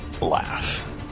laugh